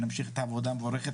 אני מקווה שנמשיך את העבודה המבורכת